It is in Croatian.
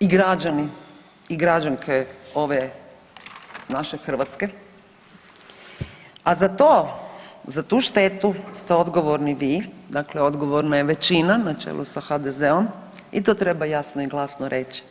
i građani i građanke ove naše Hrvatske, a za to, za tu štetu ste odgovorni vi, dakle odgovorna je većina na čelu sa HDZ-om i to treba jasno i glasno reći.